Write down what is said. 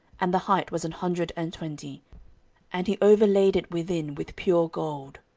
and the height was an hundred and twenty and he overlaid it within with pure gold.